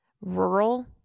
rural